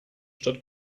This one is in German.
stadt